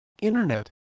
Internet